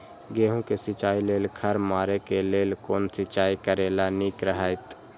गेहूँ के सिंचाई लेल खर मारे के लेल कोन सिंचाई करे ल नीक रहैत?